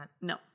No